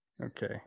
Okay